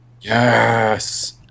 Yes